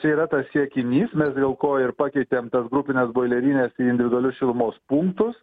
čia yra tas siekinys mes dėl ko ir pakeitėm tas grupines boilerines į individualius šilumos punktus